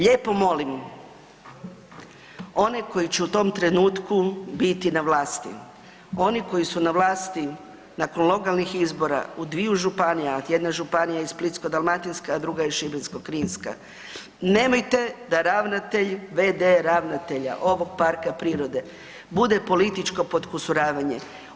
Lijepo molim onaj koji će u tom trenutku biti na vlasti, oni koji su na vlasti nakon lokalnih izbora u dviju županija, jedna županija je Splitsko-dalmatinska, a druga je Šibensko-kninska, nemojte da ravnatelj, v.d. ravnatelja ovog parka prirode bude političko potkusuravanje.